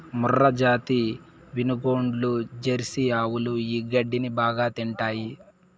మూర్రాజాతి వినుగోడ్లు, జెర్సీ ఆవులు ఈ గడ్డిని బాగా తింటాయి